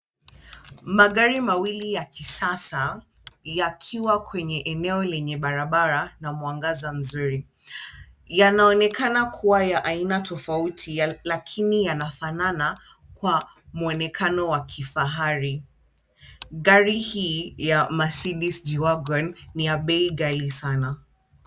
Magari mawili ya kisasa yakiwa kwenye eneo lenye barabara na mwangaza mzuri. Yanaonekana kuwa ya aina tofauti, lakini yanafanana kwa mwonekano wa kifahari. Gari hii ya Mercedes G wagon ni ya bei ghali sana.